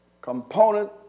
component